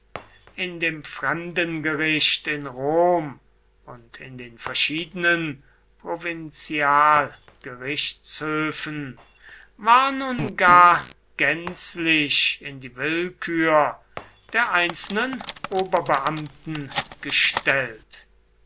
in dem fremdengericht in rom und in den verschiedenen provinzialgerichtshöfen war nun gar gänzlich in die willkür der einzelnen oberbeamten gestellt